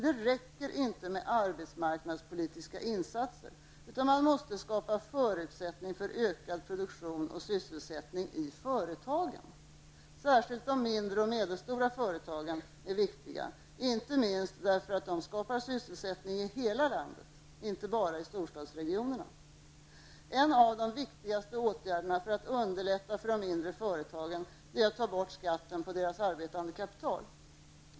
Det räcker inte med arbetsmarknadspolitiska insatser, utan man måste skapa förutsättningar för ökad produktion och sysselsättning i företagen. Särskilt de mindre och medelstora företagen är viktiga, inte minst därför att de skapar sysselsättning i hela landet, inte bara i storstadsregionerna. En av de viktigaste åtgärderna för att underlätta för de mindre företagen är att ta bort skatten på deras arbetande kapital.